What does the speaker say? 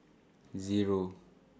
Zero